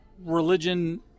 religion